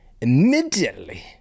immediately